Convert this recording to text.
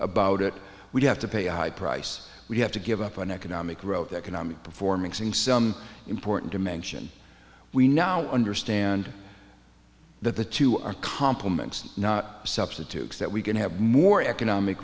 about it we have to pay a high price we have to give up on economic growth economic performing sing some important dimension we now understand that the two are complements not substitutes that we can have more economic